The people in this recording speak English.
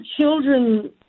children